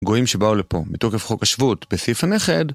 גויים שבאו לפה מתוקף חוק השבות בסעיף הנכד